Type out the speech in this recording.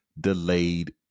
delayed